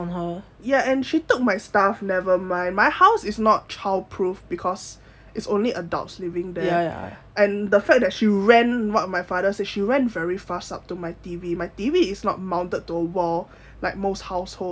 ya and she took my stuff nevermind my house is not child proof because it's only adults living there and the fact that she ran what my father said she ran very fast up to my T_V my T_V is not mounted to a wall like most households